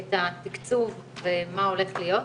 את התקצוב ומה הולך להיות.